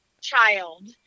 child